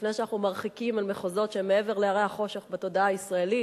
לפני שאנחנו מרחיקים אל מחוזות שהם מעבר להרי החושך בתודעה הישראלית,